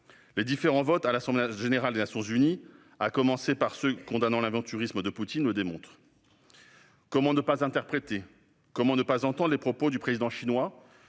Les différents votes à l'Assemblée générale des Nations unies, à commencer par ceux visant à condamner l'aventurisme de Poutine, le démontrent. Comment ne pas interpréter, comment ne pas entendre les propos du président chinois